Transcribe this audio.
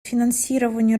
финансированию